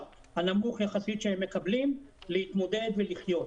הנמוך יחסית שהם מקבלים להתמודד ולחיות.